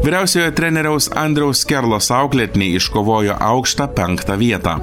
vyriausiojo treneriaus andriaus skerlos auklėtiniai iškovojo aukštą penktą vietą